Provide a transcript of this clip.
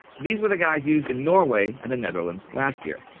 these were the guys used in norway and the netherlands last year.